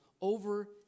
over